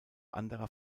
anderer